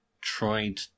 tried